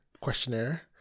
questionnaire